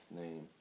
name